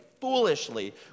foolishly